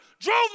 drove